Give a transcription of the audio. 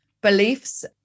beliefs